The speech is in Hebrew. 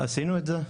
עשינו את זה.